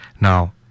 Now